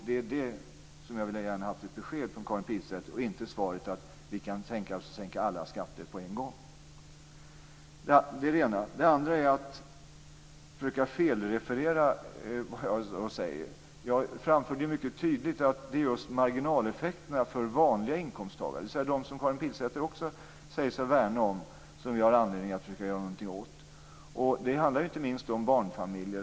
Det är det som jag gärna hade velat ha ett besked om från Karin Pilsäter, och inte svaret: Vi kan tänka oss att sänka alla skatter på en gång. Man kan också försöka felreferera vad någon säger. Jag framförde mycket tydligt att det just är marginaleffekterna för vanliga inkomsttagare, dvs. de som Karin Pilsäter också säger sig värna om, som vi har anledning att försöka göra något åt. Det handlar inte minst om barnfamiljer.